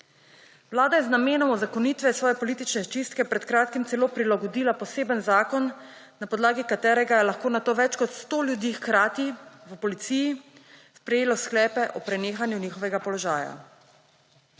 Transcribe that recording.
Vlada je z namenom uzakonitve svoje politične čistke pred kratkim celo prilagodila poseben zakon, na podlagi katerega je lahko nato več kot 100 ljudi hkrati v policiji prejelo sklepe o prenehanju njihovega položaja.